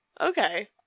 Okay